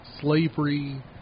slavery